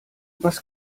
was